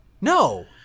No